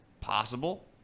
possible